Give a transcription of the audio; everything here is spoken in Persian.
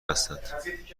هستند